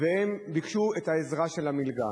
והם ביקשו את העזרה של המלגה,